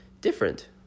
different